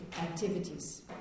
activities